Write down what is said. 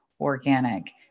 organic